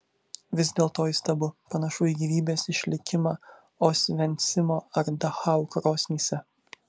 vis dėlto įstabu panašu į gyvybės išlikimą osvencimo ar dachau krosnyse